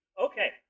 Okay